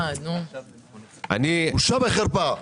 בושה וחרפה.